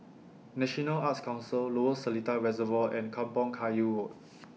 National Arts Council Lower Seletar Reservoir and Kampong Kayu Road